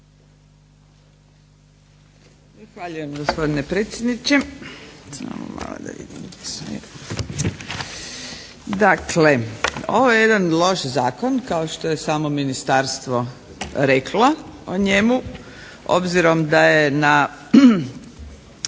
Hvala vam lijepa, gospodine predsjedniče.